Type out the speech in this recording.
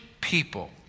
people